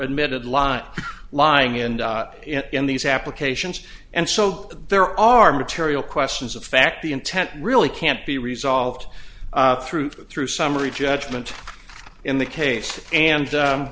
admitted lying lying and in these applications and so there are material questions of fact the intent really can't be resolved through through summary judgment in the case and